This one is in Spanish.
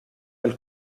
del